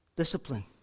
Discipline